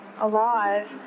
alive